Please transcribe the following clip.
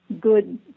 good